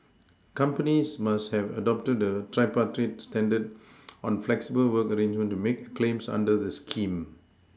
companies must have adopted the tripartite standard on flexible work arrangements to make claims under the scheme